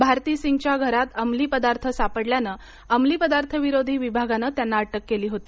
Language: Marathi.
भारती सिंगच्या घरात अंमली पदार्थ सापडल्यानं अंमली पदार्थविरोधी विभागानं त्यांना अटक केली होती